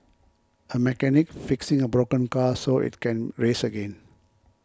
a mechanic fixing a broken car so it can race again